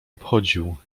obchodził